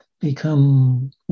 become